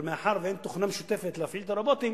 אבל מאחר שאין תוכנה משותפת כדי להפעיל את הרובוטים,